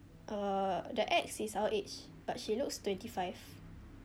uh the ex is our age but she looks twenty five